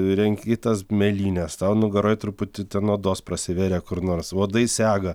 renki tas mėlynes tau nugaroj truputį ten odos prasivėrė kur nors uodai sega